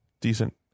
decent